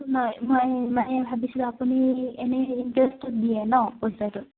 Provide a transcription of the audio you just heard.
নাই মই মানে ভাবিছিলোঁ আপুনি এনেই ইণ্টাৰেষ্টটো দিয়ে ন পঞ্চায়তত